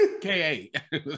K-A